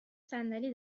صندلی